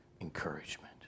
encouragement